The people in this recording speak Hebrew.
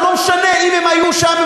זה לא משנה אם הם היו שם.